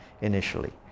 initially